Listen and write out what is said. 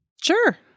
Sure